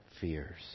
fears